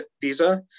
visa